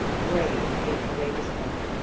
brave and courageous women,